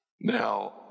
Now